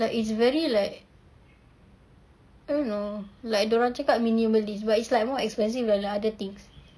like it's very like I don't know like a cakap minimalist but it's like more expensive than like other things